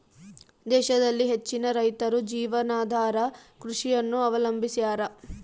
ದೇಶದಲ್ಲಿ ಹೆಚ್ಚಿನ ರೈತರು ಜೀವನಾಧಾರ ಕೃಷಿಯನ್ನು ಅವಲಂಬಿಸ್ಯಾರ